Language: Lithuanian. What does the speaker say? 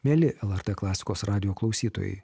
mieli lrt klasikos radijo klausytojai